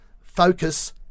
focus